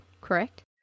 correct